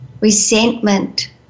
resentment